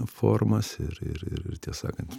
formas ir ir ir tiesą sakant